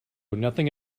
nothing